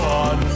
on